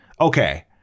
okay